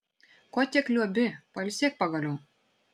ko tiek liuobi pailsėk pagaliau